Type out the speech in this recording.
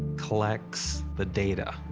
collects, the data,